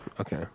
Okay